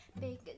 Big